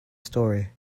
story